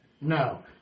No